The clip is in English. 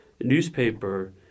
newspaper